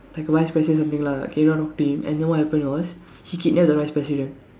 like vice president say something lah came down talk to him and then what happened was he kidnapped the vice president